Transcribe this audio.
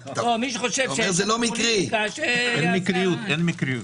אין מקריות.